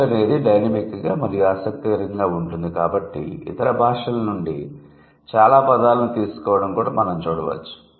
భాష అనేది డైనమిక్ గా మరియు ఆసక్తికరంగా ఉంటుంది కాబట్టి ఇతర భాషల నుండి చాలా పదాలను తీసుకోవడం కూడా మనం చూడవచ్చు